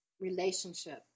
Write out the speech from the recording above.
relationship